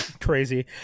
Crazy